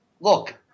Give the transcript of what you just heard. look